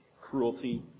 cruelty